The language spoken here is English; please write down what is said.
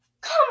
come